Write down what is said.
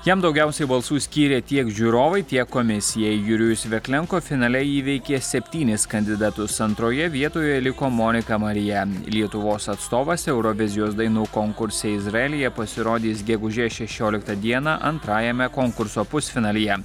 jam daugiausiai balsų skyrė tiek žiūrovai tiek komisijai jurijus veklenko finale įveikė septynis kandidatus antroje vietoje liko monika marija lietuvos atstovas eurovizijos dainų konkurse izraelyje pasirodys gegužės šešioliktą dieną antrajame konkurso pusfinalyje